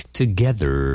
together